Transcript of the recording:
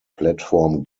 platform